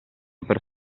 per